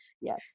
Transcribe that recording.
yes